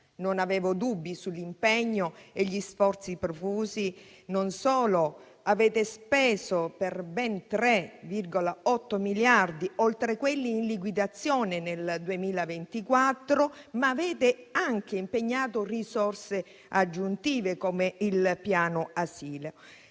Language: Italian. Non avevo dubbi sull'impegno e gli sforzi profusi. Non solo avete speso per ben 3,8 miliardi, oltre quelli in liquidazione nel 2024, ma avete anche impegnato risorse aggiuntive come il piano asili,